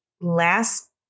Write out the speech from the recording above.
last